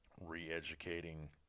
re-educating